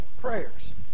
prayers